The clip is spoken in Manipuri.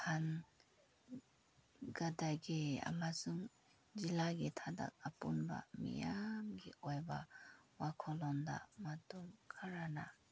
ꯍꯟꯒꯗꯒꯦ ꯑꯃꯁꯨꯡ ꯖꯤꯜꯂꯥꯒꯤ ꯊꯥꯗ ꯑꯄꯨꯟꯕ ꯃꯤꯌꯥꯝꯒꯤ ꯑꯣꯏꯕ ꯋꯥꯈꯜ ꯂꯣꯟꯗ ꯃꯇꯨꯡ ꯈꯔꯅ